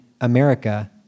America